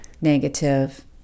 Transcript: negative